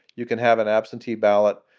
you can have an absentee ballot?